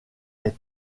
est